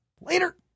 Later